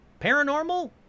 paranormal